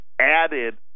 added